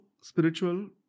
spiritual